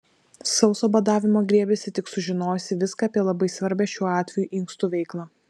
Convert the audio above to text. sauso badavimo griebėsi tik sužinojusi viską apie labai svarbią šiuo atveju inkstų veiklą